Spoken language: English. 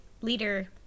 leader